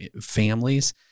families